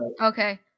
Okay